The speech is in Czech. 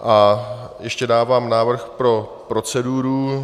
A ještě dávám návrh pro proceduru.